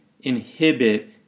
inhibit